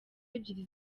ebyiri